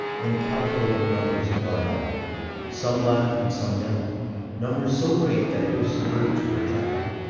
incalculable numbers of larvae some black and some yellow numbers so great that hosts of birds were attracted.